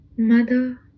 Mother